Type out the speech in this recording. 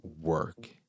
work